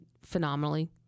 phenomenally